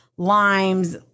Limes